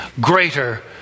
Greater